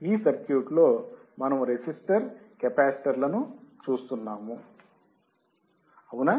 ఈ సర్క్యూట్లో మనము రెసిస్టర్ మరియు కెపాసిటర్ లను చూస్తున్నాము అవునా